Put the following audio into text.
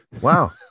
Wow